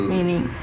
Meaning